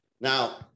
Now